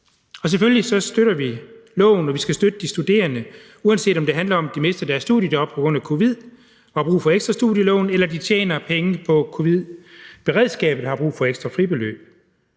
Selvfølgelig støtter vi lovforslaget. Vi skal støtte de studerende, uanset om det handler om, at de mister deres studiejob på grund af covid-19 og har brug for ekstra studielån, eller om, at de tjener penge på covid-19. Beredskabet har brug for ekstra folk.